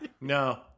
No